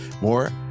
more